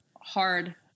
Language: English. Hard